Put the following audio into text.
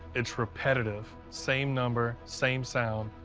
it's repetitive same number, same sound,